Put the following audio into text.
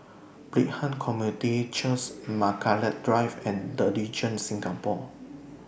Brighton Community Church's Margaret Drive and The Regent Singapore